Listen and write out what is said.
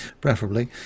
preferably